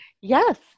yes